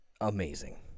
amazing